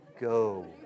go